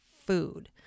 food